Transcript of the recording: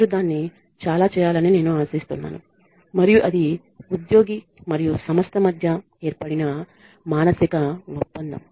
మీరు దీన్ని చాలా చేయాలని నేను ఆశిస్తున్నాను మరియు అది ఉద్యోగి మరియు సంస్థ మధ్య ఏర్పడిన మానసిక ఒప్పందం